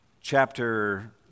chapter